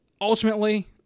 Ultimately